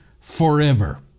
forever